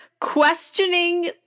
questioning